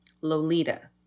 Lolita